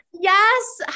yes